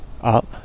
Up